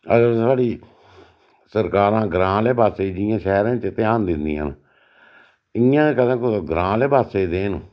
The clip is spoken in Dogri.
अगर साढ़ी सरकारां ग्रांऽ आह्ले पास्सै ई जियां शैह्रे च ध्यान दिंदियां न इ'यां कदें कुतै ग्रांऽ आह्ले पास्सै गी देन